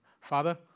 Father